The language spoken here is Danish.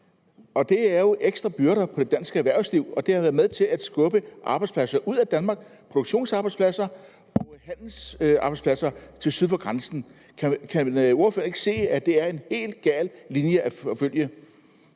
kr. Det er jo ekstra byrder på det danske erhvervsliv, og det har været med til at skubbe arbejdspladser ud af Danmark, produktionsarbejdspladser og handelsarbejdspladser flytter syd for grænsen. Kan ordføreren ikke se, at det er en helt gal linje at forfølge?